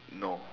no